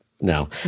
No